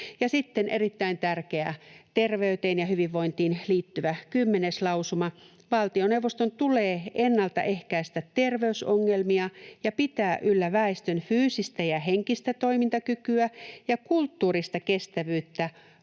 Sitten erittäin tärkeä terveyteen ja hyvinvointiin liittyvä kymmenes lausuma: ”Valtioneuvoston tulee ennaltaehkäistä terveysongelmia ja pitää yllä väestön fyysistä ja henkistä toimintakykyä ja kulttuurista kestävyyttä